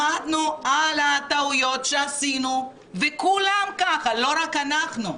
למדנו על הטעויות שעשינו, וכולם ככה, לא רק אנחנו.